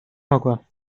mogła